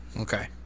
Okay